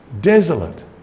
Desolate